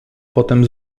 potem